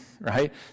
right